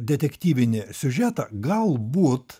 detektyvinį siužetą galbūt